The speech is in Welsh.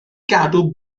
gadw